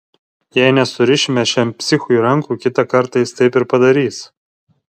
jei nesurišime šiam psichui rankų kitą kartą jis taip ir padarys